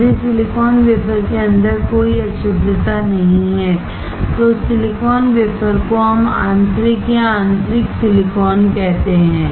यदि silicon wafer के अंदर कोई अशुद्धता नहीं है तो उस सिलिकॉन वेफर को हम आंतरिक या आंतरिक सिलिकॉन कहते हैं